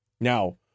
Now